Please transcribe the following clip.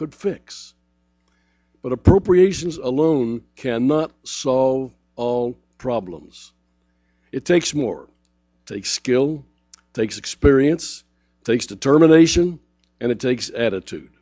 could fix but appropriations alone cannot solve all problems it takes more takes skill takes experience takes determination and it takes attitude